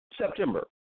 September